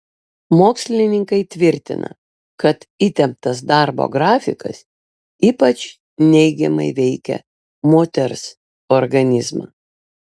mokslininkai tvirtina kad įtemptas darbo grafikas ypač neigiamai veikia moters organizmą